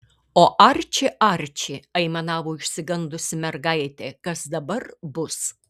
o arči arči aimanavo išsigandusi mergaitė kas dabar bus